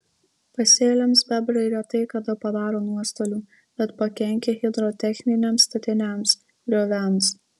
pasėliams bebrai retai kada padaro nuostolių bet pakenkia hidrotechniniams statiniams grioviams